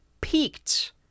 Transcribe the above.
peaked